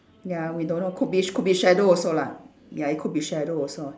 ya we don't know could be could be shadow also lah ya it could be shadow also